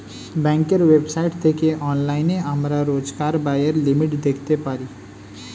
ব্যাঙ্কের ওয়েবসাইট থেকে অনলাইনে আমরা রোজকার ব্যায়ের লিমিট দেখতে পারি